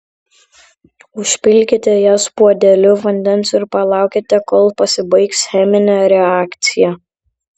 užpilkite jas puodeliu vandens ir palaukite kol pasibaigs cheminė reakcija